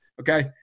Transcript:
okay